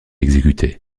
exécuté